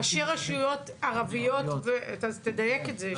ראשי רשויות ערביות, תדייק את זה.